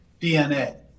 DNA